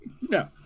No